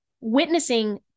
witnessing